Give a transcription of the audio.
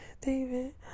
David